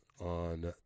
on